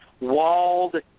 walled